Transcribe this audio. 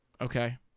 Okay